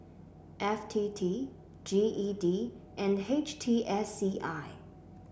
F T T G E D and H T S C I